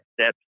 steps